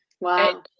Wow